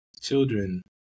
children